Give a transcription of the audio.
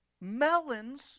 melons